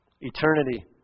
eternity